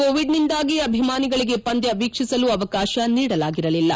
ಕೋವಿಡ್ನಿಂದಾಗಿ ಅಭಿಮಾನಿಗಳಿಗೆ ಪಂದ್ಯ ವೀಕ್ಷಿಸಲು ಅವಕಾತ ನೀಡಲಾಗಿರಲಿಲ್ಲ